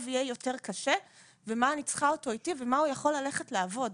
יהיה יותר קשה ומתי הוא יכול ללכת לעבוד.